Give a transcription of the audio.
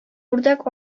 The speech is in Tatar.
үрдәк